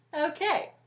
Okay